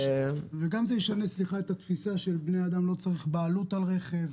זה גם ישנה את התפיסה שלבני אדם לא צריך שתהיה בעלות על רכב,